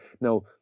Now